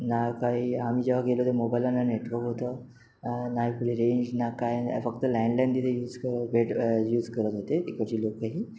ना काही आम्ही जेव्हा गेलो तर मोबाईलला ना नेटवर्क होतं नाही पुढे रेंज ना काही नाही फक्त लँडलाईन तिथे यूज कर भेटत यूज करत होते इकडची लोकही